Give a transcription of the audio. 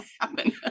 happen